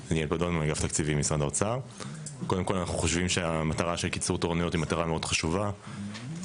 אנחנו חושבים שהמטרה של קיצור תורנויות היא מטרה חשובה מאוד,